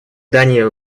дании